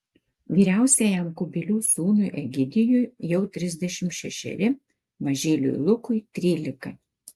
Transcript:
vyriausiajam kubilių sūnui egidijui jau trisdešimt šešeri mažyliui lukui trylika